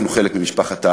אנחנו חלק ממשפחת העמים,